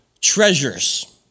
treasures